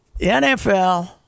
NFL –